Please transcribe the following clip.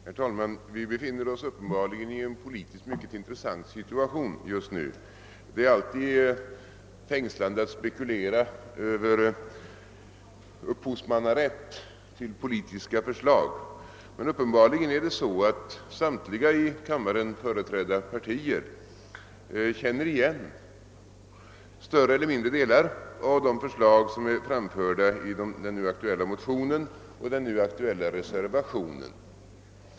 Herr talman! Vi befinner oss i en politiskt sett mycket intressant situation just nu. Det är alltid fängslande att spekulera över upphovsmannarätten till politiska förslag, men uppenbarligen känner samtliga i kammaren företrädda partier igen större eller mindre delar av de förslag som framförts i den nu aktuella motionen och reservationen.